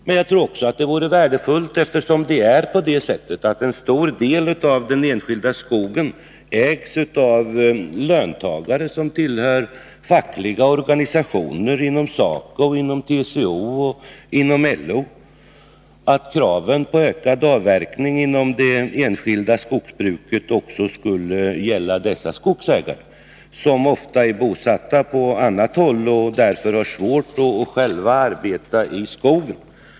Men jag tror också att det vore värdefullt — eftersom det är på det sättet att en stor del av den enskilda skogen ägs av löntagare som tillhör fackliga organisationer inom SACO, TCO och LO — att kraven på ökad avverkning inom det enskilda skogsbruket också skulle gälla dessa skogsägare, som ofta är bosatta på annat håll och som därför har svårt att själva arbeta i skogen.